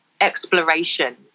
exploration